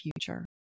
future